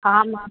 ஆமாம்